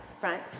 Front